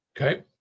Okay